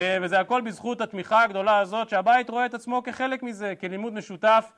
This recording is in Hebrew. וזה הכל בזכות התמיכה הגדולה הזאת שהבית רואה את עצמו כחלק מזה, כלימוד משותף